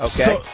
Okay